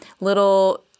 little